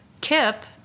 Kip